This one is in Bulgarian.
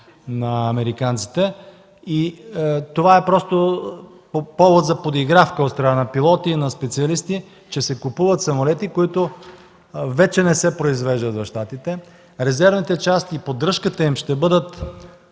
на американците, ходят да метат. Това е повод за подигравка от страна на пилоти и специалисти, че се купуват самолети, които вече не се произвеждат в Щатите. Резервните части и поддръжката им ще бъдат